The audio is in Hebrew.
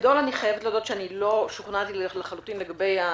להודות שאני לא שוכנעתי לחלוטין לגבי הנחיצות,